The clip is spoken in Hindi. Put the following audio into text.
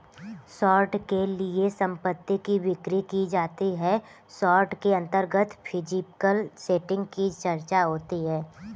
शॉर्ट के लिए संपत्ति की बिक्री की जाती है शॉर्ट के अंतर्गत फिजिकल सेटिंग की चर्चा होती है